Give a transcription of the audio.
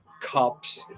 cups